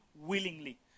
willingly